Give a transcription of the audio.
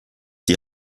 die